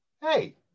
Hey